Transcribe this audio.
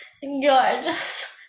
Gorgeous